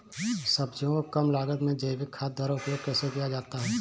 सब्जियों को कम लागत में जैविक खाद द्वारा उपयोग कैसे किया जाता है?